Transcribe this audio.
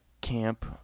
camp